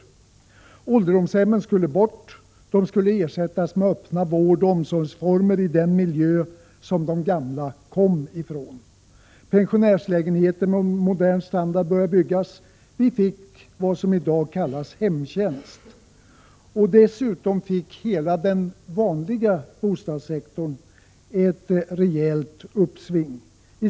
Ålderdomshemmen skulle bort. De skulle ersättas av öppna vårdoch omsorgsformer i de miljöer de gamla kom ifrån. Pensionärslägenheter med modern standard började byggas. Vi fick vad som i dag kallas hemtjänst. Dessutom fick hela den vanliga bostadssektorn ett rejält uppsving.